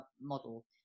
model